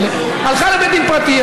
היא הלכה לבית דין פרטי,